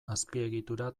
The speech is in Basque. azpiegitura